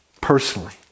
personally